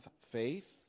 faith